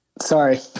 Sorry